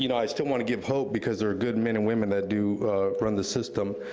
you know i still wanna give hope, because there are good men and women that do run the system.